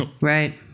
right